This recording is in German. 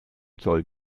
zoll